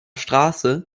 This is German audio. straße